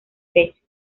pecho